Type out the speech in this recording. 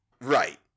right